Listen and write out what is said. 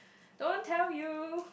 don't tell you